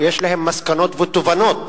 יש להם מסקנות ותובנות